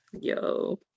Yo